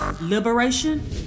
liberation